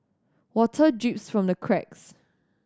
water drips from the cracks